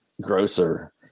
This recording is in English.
grocer